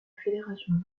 fédération